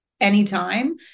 anytime